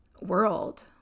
world